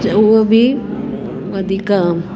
उहो बि वधीक